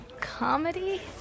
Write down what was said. Comedy